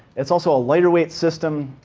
it's also a lighter weight system.